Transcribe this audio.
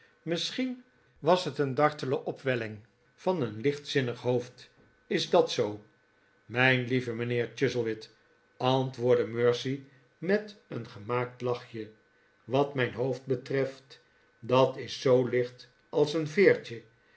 misschien was het een dartele opwelling van een lichtzinnig hoofd is dat zoo r mij n lieve mij nheer chuzzlewit antwoordde mercy met een gemaakt lachje wat mijn hoofd betreft dat is zoo licht als een veertje